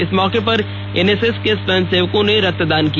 इस मौके पर एनएसएस के स्वयं सेवकों ने रक्त दान किया